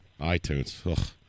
iTunes